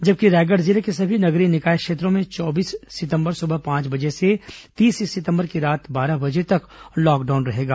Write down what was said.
जबकि रायगढ़ जिले के सभी नगरीय निकाय क्षेत्रों में चौबीस सितंबर सुबह पांच बजे से तीस सितंबर की रात्रि बारह बजे तक लॉकडाउन रहेगा